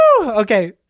okay